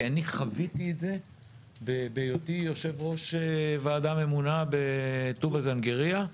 כי אני חוויתי את זה בהיותי יושב ראש ועדה ממונה בטובא זנגריה,